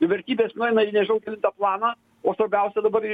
vertybės nueina į nežinau kelintą planą o svarbiausia dabar